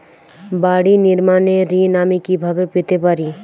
বাড়ি নির্মাণের ঋণ আমি কিভাবে পেতে পারি?